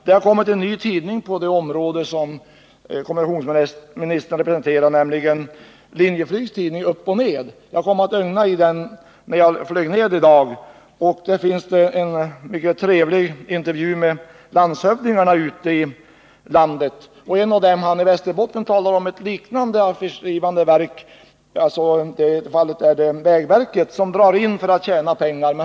Det har utkommit en ny tidning på det område som kommunikationsministern representerar, nämligen Linjeflygs tidning Upp och ner. Jag kom att ögna i den när jag flög hit ner i dag. Där finns det en mycket trevlig intervju med landshövdingarna i landet, och en av dem, landshövdingen i Västerbotten, talar om att ett liknande affärsdrivande verk — i det fallet är det vägverket — drar in viss verksamhet för att tjäna pengar.